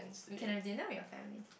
we can have dinner with your family